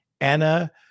Anna